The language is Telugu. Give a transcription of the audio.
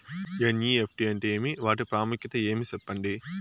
ఎన్.ఇ.ఎఫ్.టి అంటే ఏమి వాటి ప్రాముఖ్యత ఏమి? సెప్పండి?